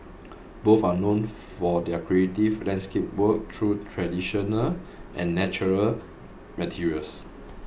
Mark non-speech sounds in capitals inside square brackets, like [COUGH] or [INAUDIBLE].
both are known [NOISE] for their creative landscape work through traditional and natural materials